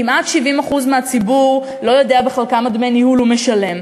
כמעט 70% מהציבור לא יודע בכלל כמה דמי ניהול הוא משלם.